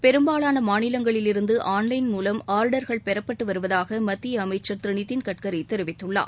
பெரும்பாலான மாநிலங்களிலிருந்து ஆன்லைன் மூவம் ஆர்டர்கள் பெறப்பட்டு வருவதாக மத்திய அமைச்சர் தெரிவித்துள்ளார்